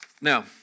Now